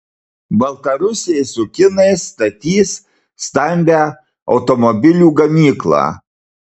baltarusiai su kinais statys stambią automobilių gamyklą